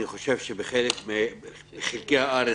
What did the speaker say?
אני חושב שבחלקי הארץ,